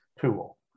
tool